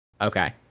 Okay